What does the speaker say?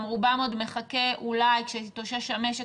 גם רובם עוד מחכה אולי כשיתאושש המשק,